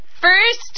First